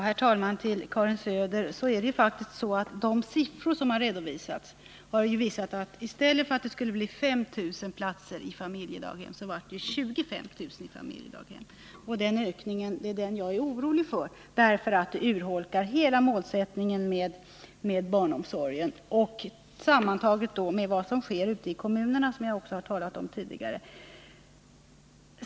Herr talman! Till Karin Söder vill jag säga att de siffror som har redovisats faktiskt visar att i stället för 5 000 platser i familjedaghem, som det skulle bli, har det blivit 25 000 platser i familjedaghem. Den ökningen är jag orolig för, därför att den — sammantagen med vad som sker ute i kommunerna och som jag har talat om tidigare — urholkar hela målsättningen med barnomsorgen.